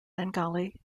bengali